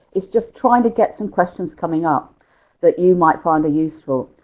it's just trying to get some questions coming up that you might find useful.